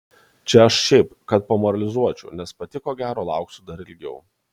čia aš šiaip kad pamoralizuočiau nes pati ko gero lauksiu dar ilgiau